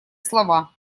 слова